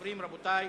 אדוני היושב-ראש,